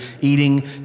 eating